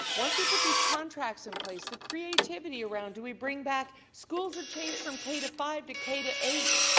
once we put these contracts in place the creativity around do we bring back schools that change from k to five to k to eight.